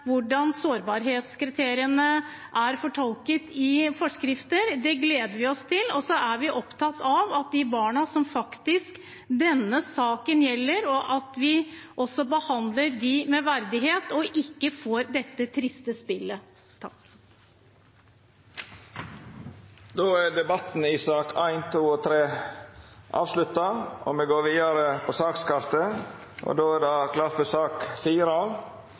hvordan sårbarhetskriteriene er fortolket i forskrifter. Det gleder vi oss til, og så er vi opptatt av at vi behandler de barna som denne saken gjelder, med verdighet og ikke får dette triste spillet. Fleire har ikkje bedt om ordet til sakene nr. 1–3. Etter ynske frå kontroll- og konstitusjonskomiteen vil presidenten føreslå at taletida vert avgrensa til 5 minutt til kvar partigruppe og